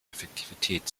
effektivität